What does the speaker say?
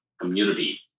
community